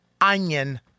Onion